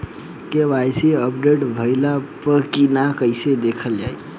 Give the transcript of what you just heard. KYC update भइल बा कि ना कइसे देखल जाइ?